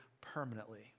permanently